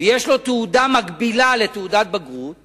ויש לו תעודה מקבילה לתעודת בגרות